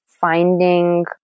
finding